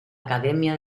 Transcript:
academia